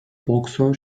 boksör